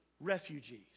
refugees